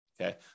Okay